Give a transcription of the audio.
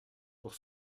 pour